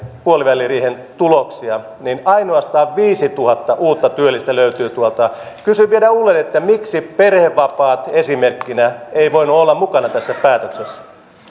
puoliväliriihen tuloksia niin ainoastaan viisituhatta uutta työllistä löytyy tuolta kysyn vielä uudelleen miksi perhevapaat esimerkkinä eivät voineet olla mukana tässä päätöksessä